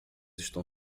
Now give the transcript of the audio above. estão